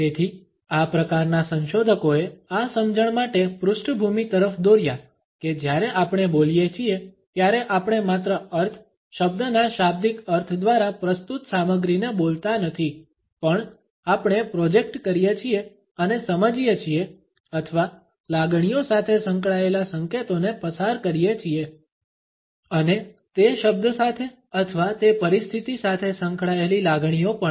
તેથી આ પ્રકારના સંશોધકોએ આ સમજણ માટે પૃષ્ઠભૂમિ તરફ દોર્યા કે જ્યારે આપણે બોલીએ છીએ ત્યારે આપણે માત્ર અર્થ શબ્દના શાબ્દિક અર્થ દ્વારા પ્રસ્તુત સામગ્રીને બોલતા નથી પણ આપણે પ્રોજેક્ટ કરીએ છીએ અને સમજીએ છીએ અથવા લાગણીઓ સાથે સંકળાયેલા સંકેતોને પસાર કરીએ છીએ અને તે શબ્દ સાથે અથવા તે પરિસ્થિતિ સાથે સંકળાયેલી લાગણીઓ પણ